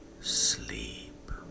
sleep